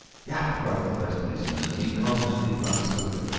yap! cried the first policeman, and incontinently flung his poker.